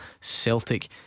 Celtic